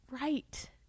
right